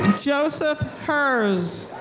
joseph herz.